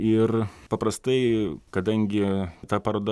ir paprastai kadangi ta paroda